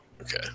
Okay